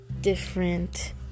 different